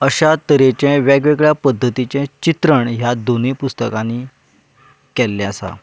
अश्या तरेचें वेगळ्या वेगळ्या पद्दतीचें चित्रण ह्या दोनी पुस्तकांनी केल्लें आसा